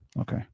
Okay